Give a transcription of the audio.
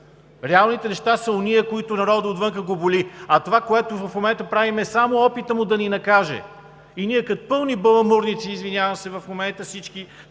Реалните неща са онези, за които народът отвън го боли, а това, което в момента правим, е само опитът му да ни накаже. И ние като пълни баламурници, извинявам се в момента на всички,